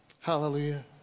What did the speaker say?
Hallelujah